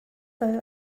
kal